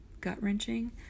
gut-wrenching